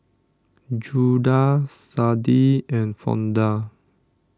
Judah Sade and Fonda